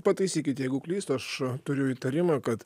pataisykit jeigu klystu aš turiu įtarimą kad